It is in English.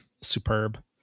Superb